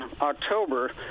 October